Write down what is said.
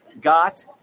got